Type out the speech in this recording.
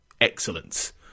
excellence